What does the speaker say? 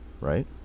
right